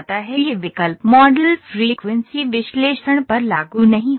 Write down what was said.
यह विकल्प modal frequency विश्लेषण पर लागू नहीं होता है